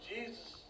Jesus